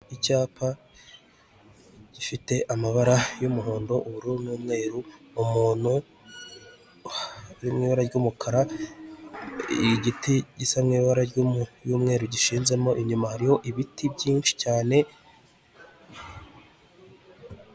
Icyapa gifite amabara y'umuhondo, ubururu n'umweru, umuntu uri mu ibara ry'umukara, igiti gisa nk'ibara ry'umweru gishinzemo, inyuma hariho ibiti byinshi cyane,...